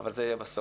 אבל זה יהיה בסוף.